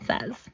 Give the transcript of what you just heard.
says